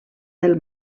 del